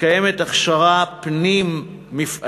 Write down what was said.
מתקיימת הכשרה פנים-מפעלית,